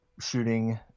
shooting